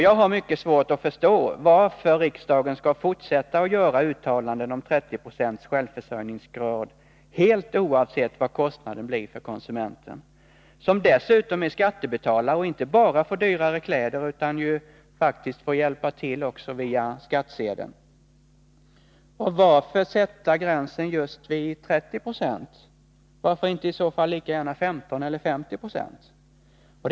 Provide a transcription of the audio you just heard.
Jag har svårt att förstå varför riksdagen skall fortsätta att göra uttalanden om en 30-procentig självförsörjningsgrad, helt oavsett vad kostnaden blir för konsumenten, som dessutom är skattebetalare och inte bara får dyrare kläder utan faktiskt också får hjälpa till via skattsedeln. Varför sätta gränsen just vid 30 26? Varför i så fall inte lika gärna vid 15 eller 50 40?